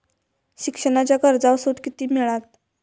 शिक्षणाच्या कर्जावर सूट किती मिळात?